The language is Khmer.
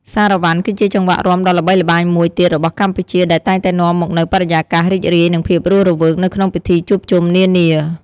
សារ៉ាវ៉ាន់ គឺជាចង្វាក់រាំដ៏ល្បីល្បាញមួយទៀតរបស់កម្ពុជា ដែលតែងតែនាំមកនូវបរិយាកាសរីករាយ និងភាពរស់រវើកនៅក្នុងពិធីជួបជុំនានា។